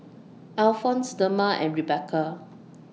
Alfonse Dema and Rebekah